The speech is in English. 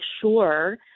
sure